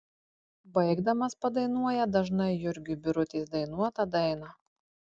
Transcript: baigdamas padainuoja dažnai jurgiui birutės dainuotą dainą